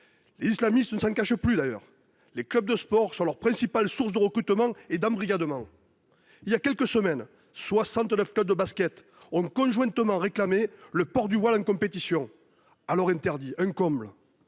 Les islamistes ne s’en cachent plus, d’ailleurs : les clubs de sport sont leur principale source de recrutement et d’embrigadement. Il y a quelques semaines, 69 clubs de basket ont conjointement réclamé la fin de l’interdiction du port du voile